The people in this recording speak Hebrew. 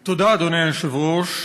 תודה, אדוני היושב-ראש.